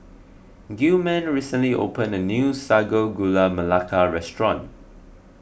Gilman recently opened a new Sago Gula Melaka restaurant